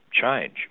change